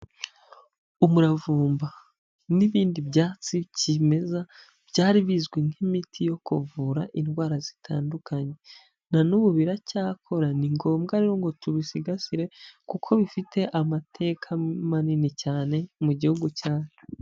Umuravumba n'ibindi byatsi kimeza byari bizwi nk'imiti yo kuvura indwara zitandukanye, na n'ubu biracyakora ni ngombwa rero ngo tubisigasire kuko bifite amateka manini cyane mu gihugu cyacu.